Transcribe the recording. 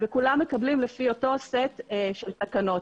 וכולם מקבלים לפי אותו סט של תקנות.